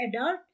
adult